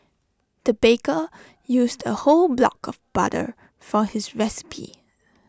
the baker used A whole block of butter for his recipe